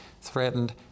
threatened